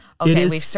Okay